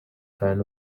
kind